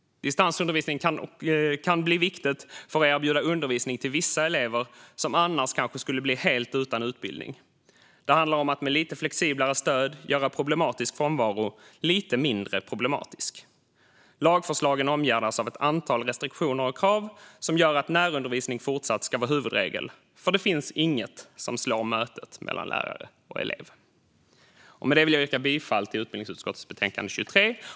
Distansundervisning kan bli viktigt för att erbjuda undervisning till vissa elever som annars kanske skulle bli helt utan utbildning. Det handlar om att med lite flexiblare stöd göra problematisk frånvaro lite mindre problematisk. Lagförslagen omgärdas av ett antal restriktioner och krav som gör att närundervisning i fortsättningen ska vara huvudregel eftersom det inte finns något som slår mötet mellan lärare och elev. Med detta vill jag yrka bifall till utbildningsutskottets förslag i betänkande 23.